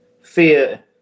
fear